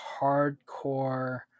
hardcore